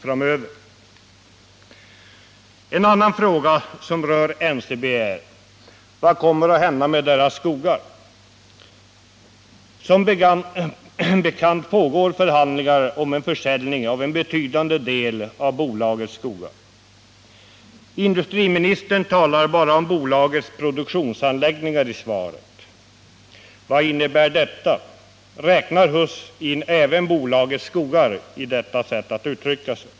En annan fråga som rör NCB är: Vad kommer att hända med företagets skogar? Som bekant pågår förhandlingar om en försäljning av en betydande del av bolagets skogar. Industriministern talar i svaret bara om bolagets produktionsanläggningar. Vad innebär detta? Räknar Erik Huss in även bolagets skogar när han använder detta uttryck?